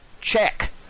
check